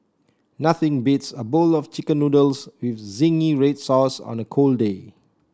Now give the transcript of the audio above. nothing beats a bowl of chicken noodles with zingy red sauce on a cold day